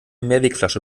mehrwegflasche